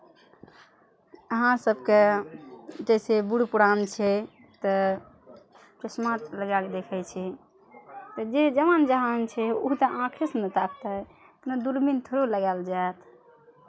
अहाँ सभके जइसे बूढ़ पुरान छै तऽ चश्मा लगाए कऽ देखै छै जे जवान जहान छै ओ तऽ आँखिएसँ ने ताकतै कोनो दूरबीन थोड़े लगायल जायत